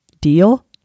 Deal